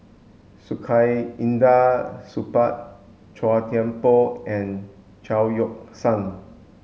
Saktiandi Supaat Chua Thian Poh and Chao Yoke San